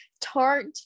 Tart